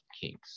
kings